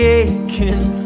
aching